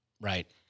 Right